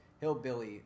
hillbilly